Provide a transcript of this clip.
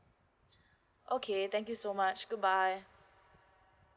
okay thank you so much goodbye